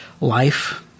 life